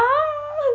ah